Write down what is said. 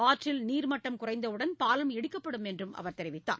ஆற்றில் நீர்மட்டம் குறைந்தவுடன் பாலம் இடிக்கப்படும் என்றும் அவர் தெரிவித்தார்